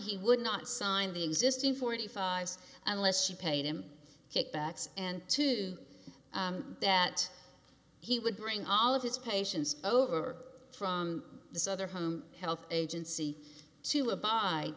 he would not sign the existing forty five unless she paid him kickbacks and two that he would bring all of his patients over from this other home health agency to a buy